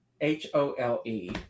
H-O-L-E